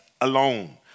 alone